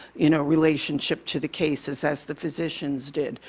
you know, relationship to the cases as the physicians did.